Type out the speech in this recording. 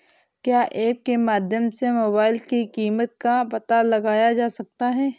क्या ऐप के माध्यम से मोबाइल पर कीमत का पता लगाया जा सकता है?